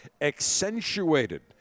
accentuated